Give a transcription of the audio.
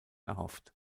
erhofft